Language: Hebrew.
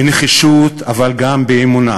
בנחישות אבל גם באמונה.